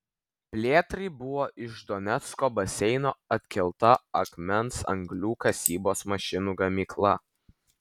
plėtrai buvo iš donecko baseino atkelta akmens anglių kasybos mašinų gamykla